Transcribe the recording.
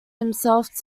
himself